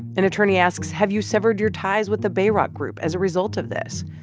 an attorney asks, have you severed your ties with the bayrock group as a result of this?